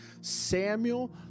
samuel